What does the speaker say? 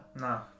No